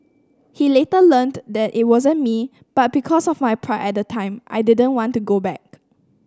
he later learned that it wasn't me but because of my pride at the time I didn't want to go back